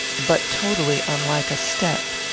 but totally unlike a step.